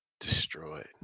destroyed